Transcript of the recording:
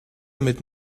mit